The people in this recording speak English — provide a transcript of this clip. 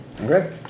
Okay